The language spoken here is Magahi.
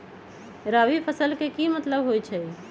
रबी फसल के की मतलब होई छई?